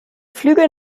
flüge